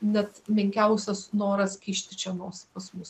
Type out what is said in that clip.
net menkiausias noras kišti čia nors pas mus